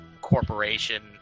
corporation